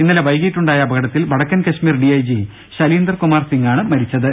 ഇന്നലെ വൈകിട്ടുണ്ടായ അപകടത്തിൽ വടക്കൻ Kashmir D I G Shalinder Kumar സിങാണ് മരിച്ചത്